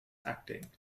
acting